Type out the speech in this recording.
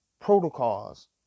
protocols